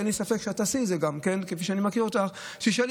כפי שאני מכיר אותך, אין לי ספק שתעשי את זה.